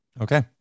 Okay